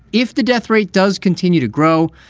if the death rate does continue to grow,